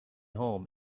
home